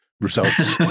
results